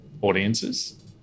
audiences